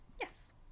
Yes